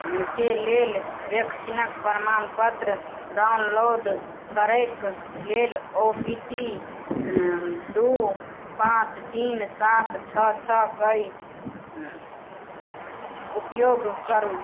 के लेल वैक्सीनके प्रमाणपत्र डाउनलोड करैके लेल ओ टी पी दुइ पाँच तीन सात छओ छओके उपयोग करू